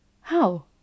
How